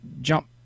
jump